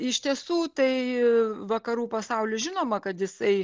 iš tiesų tai vakarų pasaulis žinoma kad jisai